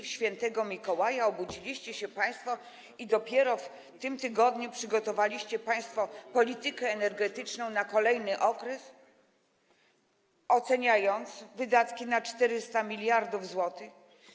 W św. Mikołaja obudziliście się państwo i dopiero w tym tygodniu przygotowaliście państwo politykę energetyczną na kolejny okres, oceniając wydatki na 400 mld zł?